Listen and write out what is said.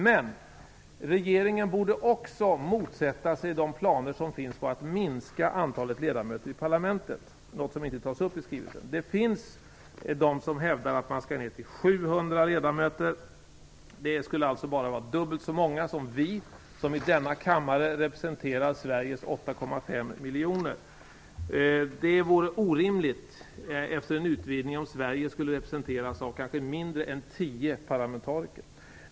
Men regeringen borde också motsätta sig de planer som finns på att minska antalet ledamöter i parlamentet, något som inte tas upp i skrivelsen. Det finns de som hävdar att antalet ledamöter skall minskas till 700, vilket alltså bara är dubbelt så många som antalet ledamöter i denna kammare. Vi representerar här Sveriges 8,5 miljoner invånare. Det vore orimligt om Sverige efter en utvidgning av EU skulle representeras av kanske färre än tio parlamentariker.